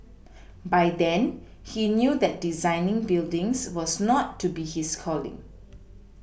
by then he knew that designing buildings was not to be his calling